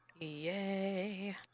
Yay